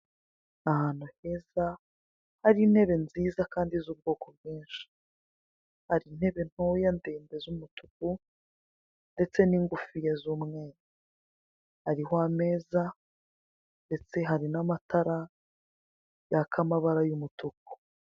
Ahantu heza hari intebe nziza kandi z'ubwoko bwinshi hari intebe ntoya ndende z'umutuku ndetse n'ingufiya z'umweru hariho ameza ndetse hari n'amatara yaka amabara y'umutuku.